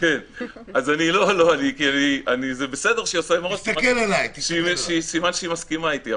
זה בסדר שהיא עושה עם הראש סימן שהיא מסכימה איתי.